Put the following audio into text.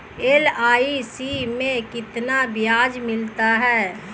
LIC में कितना ब्याज मिलता है?